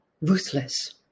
ruthless